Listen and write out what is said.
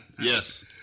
yes